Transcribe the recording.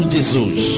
Jesus